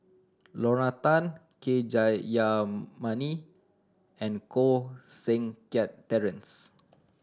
Lorna Tan K Jayamani and Koh Seng Kiat Terence